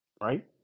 right